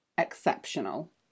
Exceptional